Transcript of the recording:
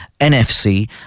NFC